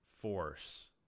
force